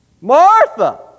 Martha